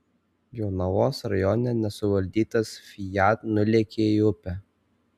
jonavos rajone nesuvaldytas fiat nulėkė į upę